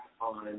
on